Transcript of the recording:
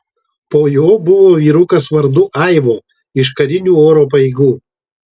po jo buvo vyrukas vardu aivo iš karinių oro pajėgų